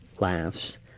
laughs